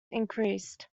increased